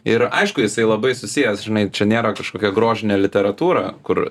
ir aišku jisai labai susijęs žinai čia nėra kažkokia grožinė literatūra kur